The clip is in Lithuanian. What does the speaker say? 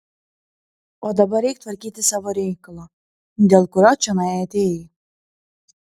o dabar eik tvarkyti savo reikalo dėl kurio čionai atėjai